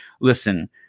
listen